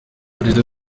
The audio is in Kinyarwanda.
perezida